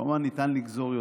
כמובן שניתן לגזור יותר.